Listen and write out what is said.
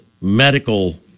medical